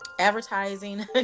advertising